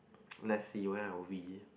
let see where are we